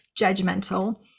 judgmental